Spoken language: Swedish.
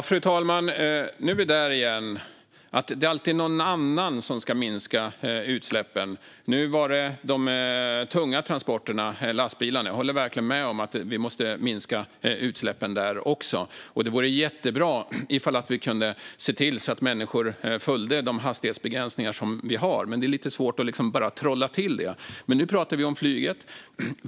Fru talman! Nu är vi där igen. Det är alltid någon annan som ska minska utsläppen. Nu var det de tunga transporterna, lastbilarna. Jag håller verkligen med om att vi måste minska utsläppen där också. Det vore jättebra om vi kunde se till att människor följde de hastighetsbegränsningar som vi har, men det är lite svårt att bara trolla så att det blir så. Men nu pratar vi om flyget.